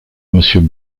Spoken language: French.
monsieur